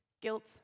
Guilt